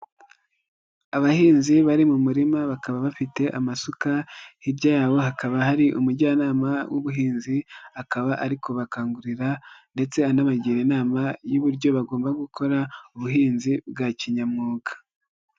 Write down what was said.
Abahinzi bari mu murima bakaba bafite amasuka hirya yabo hakaba hari umujyanama w'ubuhinzi akaba ari kubakangurira ndetse anabagira inama y'uburyo bagomba gukora ubuhinzi bwa kinyamwuga.